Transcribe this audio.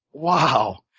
wow,